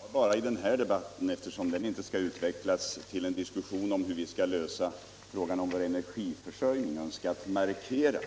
Herr talman! Jag har i den här debatten bara — eftersom den inte skall utvecklas till en diskussion om hur vi skall lösa frågan om vår energiförsörjning — önskat markera